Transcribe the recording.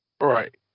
Right